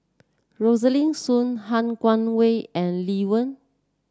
Rosaline Soon Han Guangwei and Lee Wen